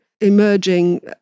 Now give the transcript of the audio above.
emerging